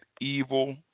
evil